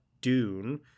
Dune